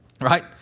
Right